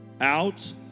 Out